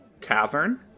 cavern